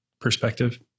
perspective